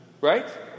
Right